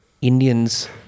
Indians